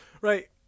Right